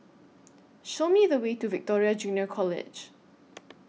Show Me The Way to Victoria Junior College